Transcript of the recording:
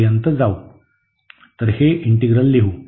तर हे इंटीग्रल लिहू